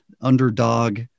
underdog